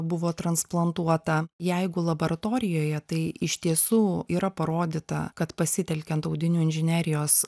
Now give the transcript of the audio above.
buvo transplantuota jeigu laboratorijoje tai iš tiesų yra parodyta kad pasitelkiant audinių inžinerijos